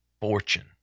fortune